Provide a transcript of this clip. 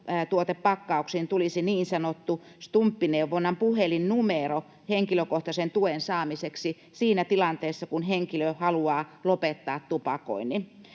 tupakkatuotepakkauksiin tulisi niin sanottu Stumppi-neuvontapuhelinnumero henkilökohtaisen tuen saamiseksi siinä tilanteessa, kun henkilö haluaa lopettaa tupakoinnin,